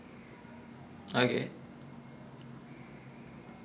so he like he gave me then he was like ya you play temple run or whatever